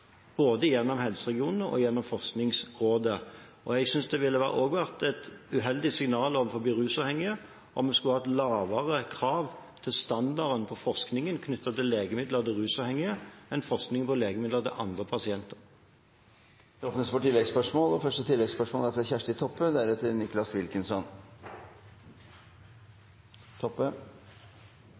både gjennom helseregionene og gjennom Forskningsrådet. Jeg synes også det ville vært et uheldig signal overfor rusavhengige om vi skulle hatt lavere krav til standarden på forskningen knyttet til legemidler til rusavhengige enn forskningen på legemidler til andre pasienter. Det åpnes for oppfølgingsspørsmål – først Kjersti Toppe. Dette er